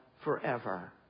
forever